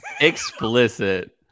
Explicit